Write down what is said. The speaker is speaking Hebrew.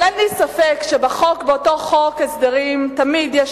אבל אין לי ספק שבאותו חוק הסדרים תמיד יש